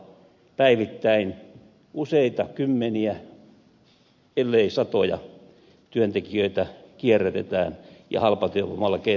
päivittäin useita kymmeniä ellei satoja työntekijöitä kierrätetään ja halpatyövoimalla keinottelu jatkuu